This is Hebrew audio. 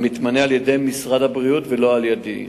המתמנה על-ידי משרד הבריאות ולא על-ידי.